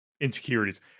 insecurities